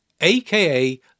aka